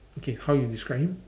okay how you describe him